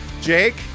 Jake